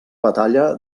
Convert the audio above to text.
batalla